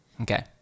Okay